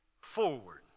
forward